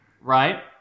Right